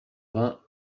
vingt